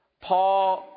Paul